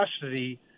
custody